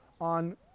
on